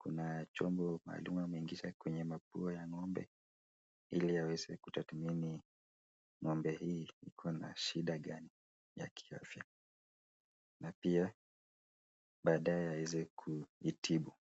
kuna chombo maalum ameingisha kwenye mapua ya ngombe ili aweze kuthatmini ngombe hii iko n shida gani ya kiafya, na pia baadaye aweze kuitibu.